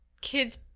kids